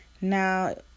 Now